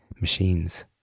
machines